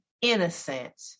innocent